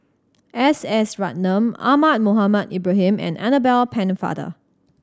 S S Ratnam Ahmad Mohamed Ibrahim and Annabel Pennefather